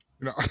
no